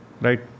Right